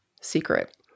Secret